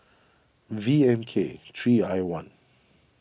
V M K three I one